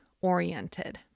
oriented